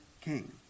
King